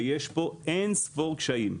ויש פה אין ספור קשיים.